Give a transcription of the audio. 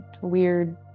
weird